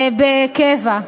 בקבע.